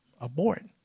abort